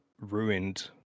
ruined